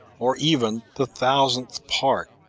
or even the thousandth part,